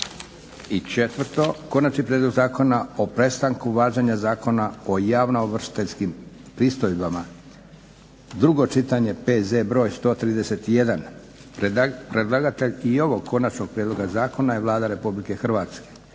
I četvrto, Konačni prijedlog zakona o prestanku važenja Zakona o javnoovršiteljskim pristojbama, drugo čitanje, P.Z. br. 131. Predlagatelj i ovog konačnog prijedloga zakona je Vlada Republike Hrvatske.